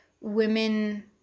women